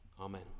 Amen